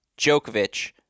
Djokovic